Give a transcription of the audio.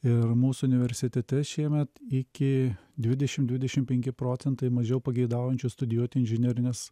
ir mūsų universitete šiemet iki dvidešim dvidešim penki procentai mažiau pageidaujančių studijuoti inžinerines